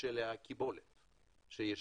של הקיבולת שישנה.